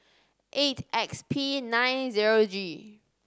eight X P nine zero G